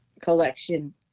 collection